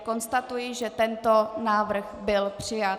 Konstatuji, že tento návrh byl přijat.